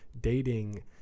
dating